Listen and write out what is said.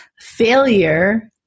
failure